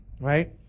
Right